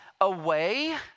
away